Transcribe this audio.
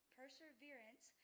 perseverance